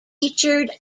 featured